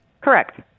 Correct